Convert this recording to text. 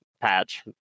Patch